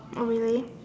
oh really